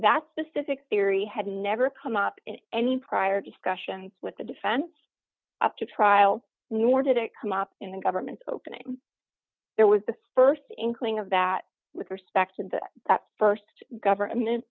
that specific theory had never come up in any prior discussion with the defense up to trial nor did it come up in the government's opening there was the st inkling of that with respect to that st government